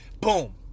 boom